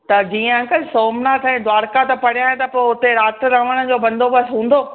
त जीअं अंकल सोमनाथ ऐं द्वारका त परियां आहे त पोइ हुते राति रहण जो बंदोबस्तु हूंदो